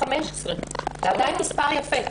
זה עדיין מספר יפה.